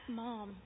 mom